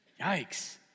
Yikes